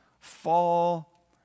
fall